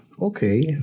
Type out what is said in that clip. Okay